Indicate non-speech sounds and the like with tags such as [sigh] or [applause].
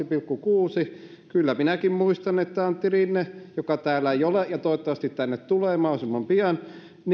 [unintelligible] pilkku kuudennella kyllä minäkin muistan että antti rinne joka täällä ei ole ja toivottavasti tänne tulee mahdollisimman pian